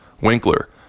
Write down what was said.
Winkler